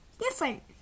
different